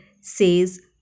says